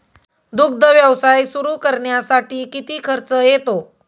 दुग्ध व्यवसाय सुरू करण्यासाठी किती खर्च येतो?